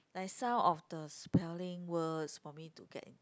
like some of the spelling words for me to get into